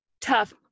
tough